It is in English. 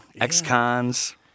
Ex-cons